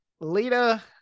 Lita